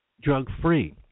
drug-free